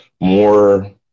more